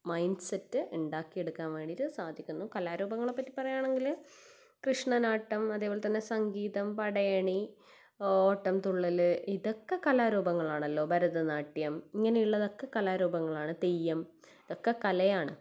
mind set ഉണ്ടാക്കി എടുക്കാൻ വേണ്ടിട്ട് സാധിക്കുന്നു കലാരൂപങ്ങളെ പറ്റി പറയുകയാണെങ്കിൽ കൃഷ്ണനാട്ടം അതു പോലെ തന്നെ സംഗീതം പടയണി ഓട്ടം തുള്ളൽ ഇതൊക്കെ കലാരൂപങ്ങളാണല്ലോ ഭരതനാട്യം ഇങ്ങനെയുള്ളതൊക്കെ കലാരൂപങ്ങളാണ് തെയ്യം ഇതൊക്കെ കലയാണ്